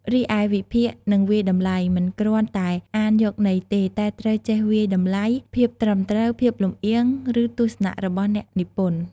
រីឯ វិភាគ និងវាយតម្លៃ មិនគ្រាន់តែអានយកន័យទេ តែត្រូវចេះវាយតម្លៃភាពត្រឹមត្រូវ ភាពលំអៀង ឬទស្សនៈរបស់អ្នកនិពន្ធ។